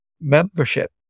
membership